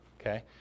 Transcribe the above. Okay